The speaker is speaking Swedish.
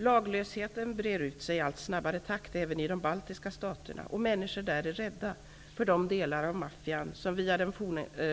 Laglösheten brer ut sig i allt snabbare takt även i de baltiska staterna, och människorna där är rädda för de delar av maffian som via den